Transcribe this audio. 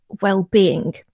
well-being